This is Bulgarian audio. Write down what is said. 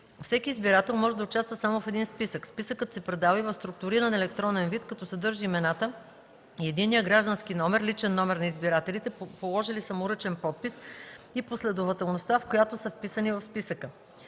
всеки избирател може да участва само в един списък; списъкът се предава и в структуриран електронен вид, като съдържа имената и единния граждански номер (личен номер) на избирателите, положили саморъчен подпис и в последователността, в която са вписани в списъка;